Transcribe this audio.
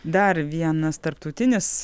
dar vienas tarptautinis